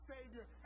Savior